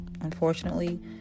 unfortunately